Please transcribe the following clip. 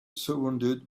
surrounded